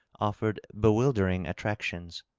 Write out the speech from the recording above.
offered bewildering attractions.